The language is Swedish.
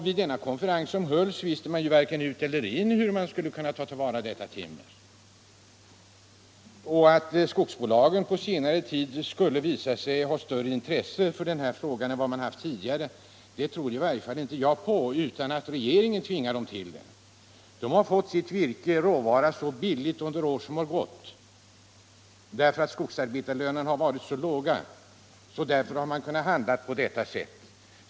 Vid den konferens som hölls visste man inte alls hur man skulle ta till vara detta timmer. Att skogsbolagen på senare tid skulle ha visat större intresse för denna fråga än tidigare tror i varje fall inte jag på. Så sker nog bara om regeringen tvingar dem till det. De har fått sin virkesråvara billigt under år som gått genom låga skogsarbetarlöner, därför har de handlat på detta sätt.